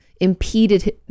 impeded